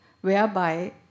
whereby